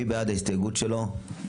מי בעד קבלת ההסתייגות של חבר הכנסת אבי מעוז?